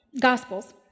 gospels